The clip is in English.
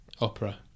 opera